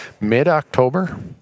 mid-October